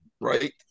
right